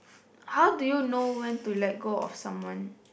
how do you know when to let go of someone